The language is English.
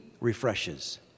refreshes